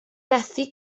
methu